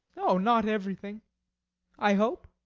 oh, not everything i hope.